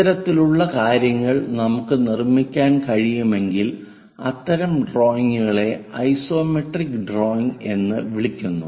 ഇത്തരത്തിലുള്ള കാര്യങ്ങൾ നമുക്ക് നിർമ്മിക്കാൻ കഴിയുമെങ്കിൽ അത്തരം ഡ്രോയിംഗുകളെ ഐസോമെട്രിക് ഡ്രോയിംഗ് എന്ന് വിളിക്കുന്നു